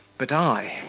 but i.